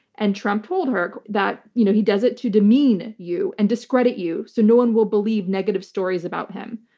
and trump told her that you know he does it to demean you and discredit you so no one will believe negative stories about him.